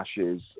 Ashes